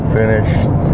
finished